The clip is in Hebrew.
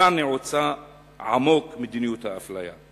כאן נעוצה עמוק מדיניות האפליה.